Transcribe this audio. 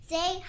Say